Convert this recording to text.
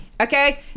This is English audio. okay